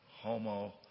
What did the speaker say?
homo